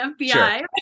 FBI